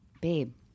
babe